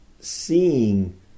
seeing